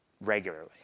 regularly